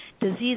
Disease